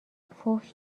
فحش